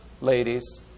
ladies